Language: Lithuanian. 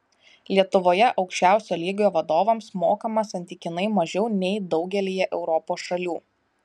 lietuvoje aukščiausio lygio vadovams mokama santykinai mažiau nei daugelyje europos šalių